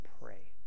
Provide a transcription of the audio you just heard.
pray